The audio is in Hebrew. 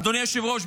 אדוני היושב-ראש,